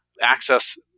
access